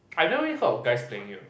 I never really heard of guys playing it